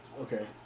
Okay